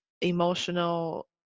emotional